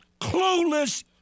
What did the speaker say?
clueless